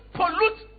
pollute